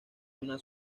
una